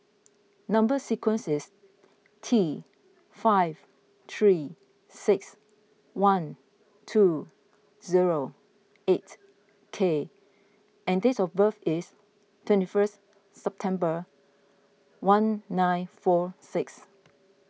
Number Sequence is T five three six one two zero eight K and date of birth is twenty first September one nine four six